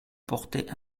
portaient